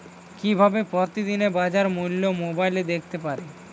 কিভাবে প্রতিদিনের বাজার মূল্য মোবাইলে দেখতে পারি?